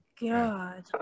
God